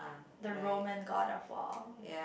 the Roman god of war